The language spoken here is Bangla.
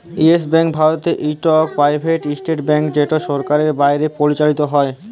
ইয়েস ব্যাংক ভারতের ইকট পেরাইভেট সেক্টর ব্যাংক যেট সরকারের বাইরে পরিচালিত হ্যয়